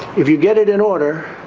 if you get it in order,